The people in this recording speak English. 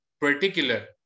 particular